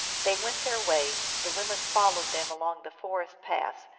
they went their way the women followed them along the forest paths,